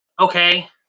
Okay